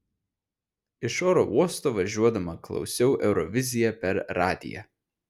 iš oro uosto važiuodama klausiau euroviziją per radiją